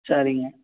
சரிங்க